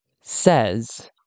says